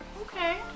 Okay